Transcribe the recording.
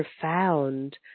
profound